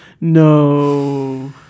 No